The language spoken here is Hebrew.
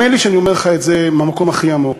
האמן לי שאני אומר לך את זה מהמקום הכי עמוק,